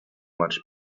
much